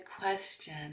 question